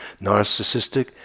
narcissistic